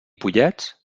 pollets